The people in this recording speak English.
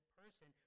person